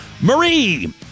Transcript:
marie